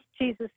Jesus